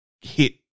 hit